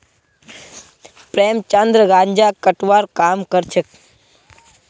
प्रेमचंद गांजा कटवार काम करछेक